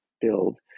build